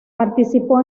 participó